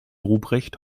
ruprecht